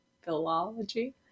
philology